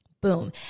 Boom